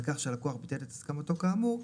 על כך שהלקוח ביטל את הסכמתו כאמור,